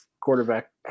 quarterback